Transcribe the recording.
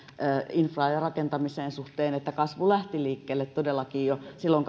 infran ja ja rakentamisen suhteen että kasvu lähti liikkeelle todellakin jo silloin